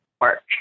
work